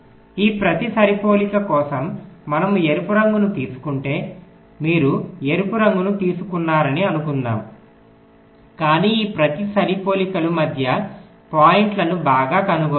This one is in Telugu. ఈ ప్రతి సరిపోలిక కోసం మనము ఎరుపు రంగును తీసుకుంటే మీరు ఎరుపు రంగును తీసుకున్నారని అనుకుందాం కానీ ఈ ప్రతి సరిపోలికలు మధ్య పాయింట్లను బాగా కనుగొంటాయి